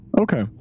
Okay